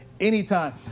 anytime